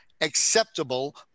acceptable